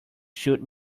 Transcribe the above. shoot